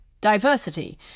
diversity